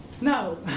No